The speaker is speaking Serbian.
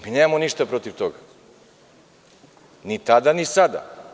Mi nemamo ništa protiv toga, ni tada ni sada.